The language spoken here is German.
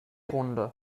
runde